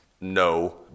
No